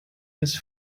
his